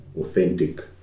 authentic